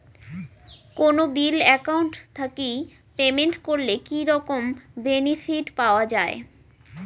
কোনো bill account থাকি payment করলে কি রকম বেনিফিট পাওয়া য়ায়?